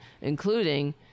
including